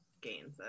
gains